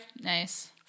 Nice